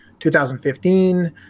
2015